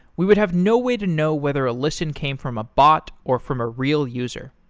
we would have no way to know whether a listen came from a bot, or from a real user.